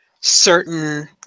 certain